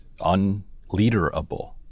unleaderable